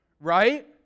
right